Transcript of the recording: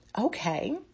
Okay